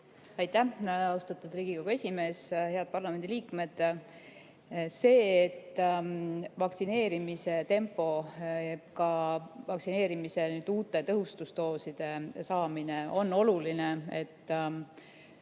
Aitäh, austatud Riigikogu esimees! Head parlamendiliikmed! Sellega, et vaktsineerimise tempo, ka vaktsineerimisel uute tõhustusdooside saamine on oluline, et